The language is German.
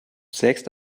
sägst